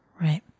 Right